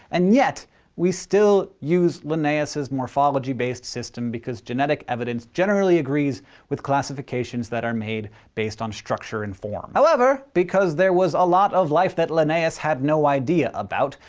and yet we still use linnaeus's morphology-based system because genetic evidence generally agrees with classifications that are made based on structure and form. however, because there was a lot of life that linnaeus had no idea about,